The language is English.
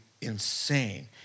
insane